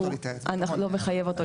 -- זה לא מחייב אותו להתייעץ.